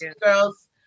Girls